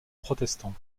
protestants